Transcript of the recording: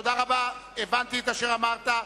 תודה רבה, הבנתי את אשר אמרת.